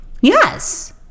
Yes